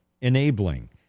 enabling